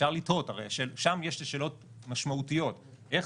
אפשר לתהות הרי שם יש לי שאלות משמעותיות איך